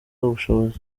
ubushobozi